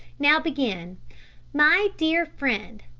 now begin my dear friend.